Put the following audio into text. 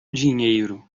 dinheiro